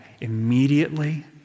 immediately